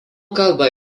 kalba